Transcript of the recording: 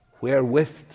wherewith